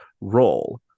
role